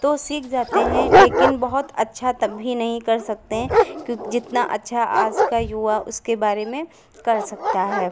तो सीख जाते हैं लेकिन बहुत अच्छा तब भी नहीं कर सकते हें क्योंकि जितना अच्छा आज का युवा उसके बारे में कर सकता है